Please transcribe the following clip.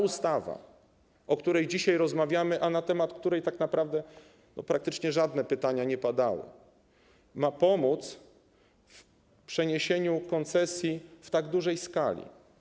Ustawa, o której dzisiaj rozmawiamy, na temat której tak naprawdę praktycznie żadne pytania nie padały, ma pomóc w przeniesieniu koncesji w tak dużej skali.